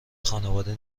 خانواده